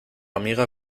amiga